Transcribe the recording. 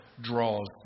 draws